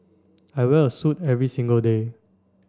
I wear a suit every single day